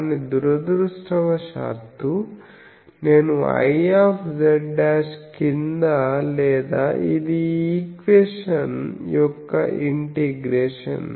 కానీ దురదృష్టవశాత్తు నేను Iz కింద లేదా ఇది ఈ ఈక్వేషన్ యొక్క ఇంటిగ్రేషన్